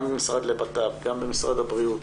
במשרד לבט"פ, במשרד הבריאות